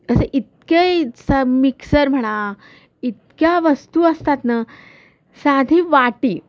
असं इतक्या सा मिक्सर म्हणा इतक्या वस्तू असतात न साधी वाटी